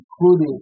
including